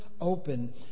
open